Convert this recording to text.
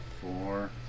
Four